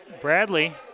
Bradley